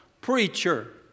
preacher